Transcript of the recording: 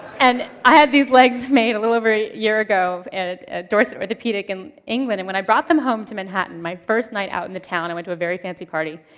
and i had these legs made a little over a year ago at at ah dorset orthopedic in england and when i brought them home to manhattan, my first night out on the town, i went to a very fancy party.